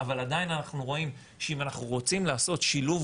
אבל עדיין אנחנו רואים שאם אנחנו רוצים לעשות שילוב